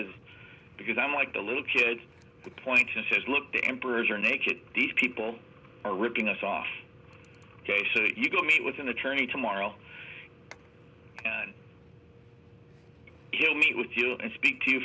to because i'm like the little kid points and says look the emperors are naked these people are ripping us off ok so you go meet with an attorney tomorrow he'll meet with you and speak to